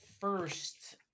first